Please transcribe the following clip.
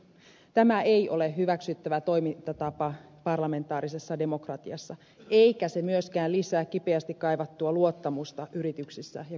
tämä ei ole hyväksyttävä toimintatapa parlamentaarisessa demokratiassa eikä se myöskään lisää kipeästi kaivattua luottamusta yrityksissä ja kotitalouksissa